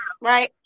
right